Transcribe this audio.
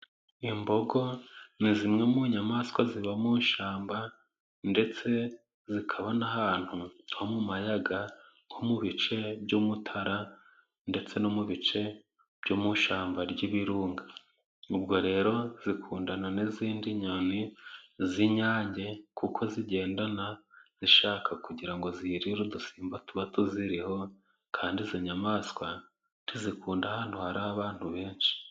Imbogo ni zimwe mu nyamaswa ziba mu ishyamba ndetse zikaba n'ahantu ho mu mayaga nko mu bice by'umutara, ndetse no mu bice byo mu ishyamba ry'ibirunga. Ubwo rero zikundana n'izindi nyoni z'inyange, kuko zigendana zishaka kugira ngo zirire udusimba tuba tuziriho, kandi izo nyamaswa ntizikunda ahantu hari abantu benshi.